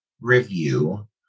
review